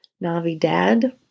Navidad